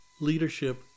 leadership